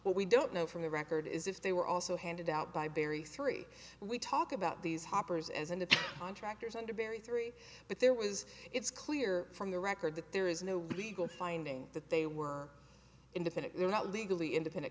but we don't know from the record is if they were also handed out by berry three we talk about these hoppers and the contractors and the very three but there was it's clear from the record that there is no legal finding that they were independent they are not legally independent